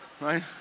Right